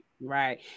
Right